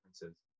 differences